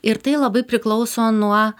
ir tai labai priklauso nuo